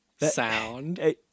sound